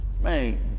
man